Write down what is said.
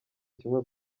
kimwe